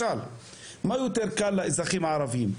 מה יותר קל לאזרחים הערביים?